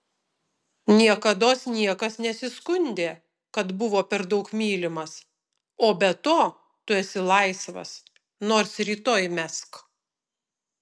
niekados niekas nesiskundė kad buvo per daug mylimas o be to tu esi laisvas nors rytoj mesk